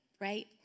right